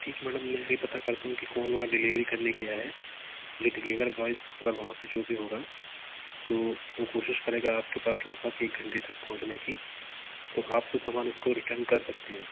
ठीक है मैडम मैं अभी पता करता हूँ कि कौन वहाँ डिलेवरी करने गया है जो डिलेवर बॉय अगर वहाँ पर जो भी होगा तो वो कोशिश करेगा आपके पास लगभग एक घंटे तक पहुंचने की तो आप तो समान उसको रिटर्न कर सकते हैं